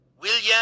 William